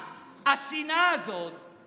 השנאה הזאת היא